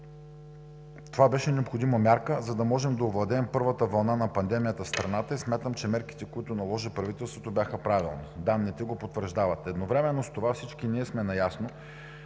Това беше необходима мярка, за да можем да овладеем първата вълна на пандемията в страната, и смятам, че мерките, които наложи правителството, бяха правилни – данните го потвърждават. Едновременно с това всички ние сме наясно,